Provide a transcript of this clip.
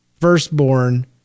firstborn